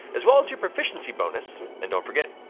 as well as your proficiency bonus, and don't forget,